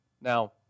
now